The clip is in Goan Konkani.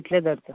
कितले जाता